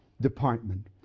department